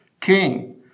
King